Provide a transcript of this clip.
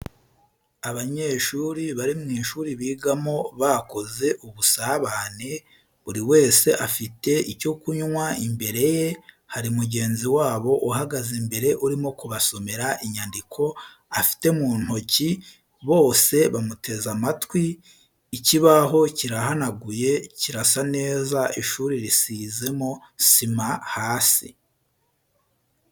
Abanyeshuri bari mu ishuri bigamo bakoze ubusabane, buri wese afite icyo kunywa imbere ye, hari mugenzi wabo uhagaze imbere urimo kubasomera inyandiko afite mu ntoki bose bamuteze matwi. Ikibaho kirahanaguye, kirasa neza, ishuri risizemo sima hasi.